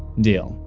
deal.